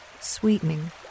sweetening